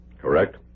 Correct